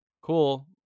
cool